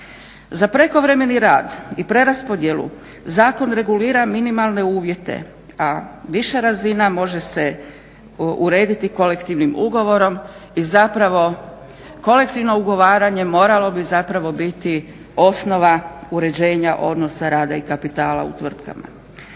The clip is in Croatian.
Za prekovremeni rad i preraspodjelu zakon regulira minimalne uvjete, a više razina može se urediti kolektivnim ugovorom i zapravo kolektivno ugovaranje moralo bi zapravo biti osnova uređenja odnosa rada i kapitala u tvrtkama.